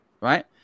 right